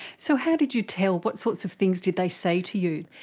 so how did you tell? what sorts of things did they say to you?